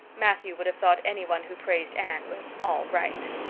matthew would have thought anyone who praised anne was all right.